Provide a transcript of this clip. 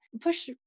push